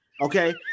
Okay